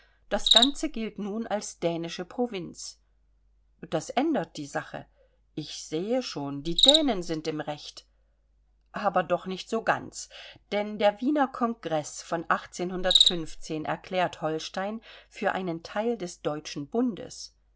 das ganze gilt nun als dänische provinz das ändert die sache ich sehe schon die dänen sind im recht aber doch nicht so ganz denn der wiener kongreß von erklärt holstein für einen teil des deutschen bundes